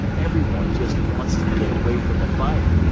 everyone just wants to get away from the fire.